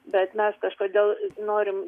bet mes kažkodėl norim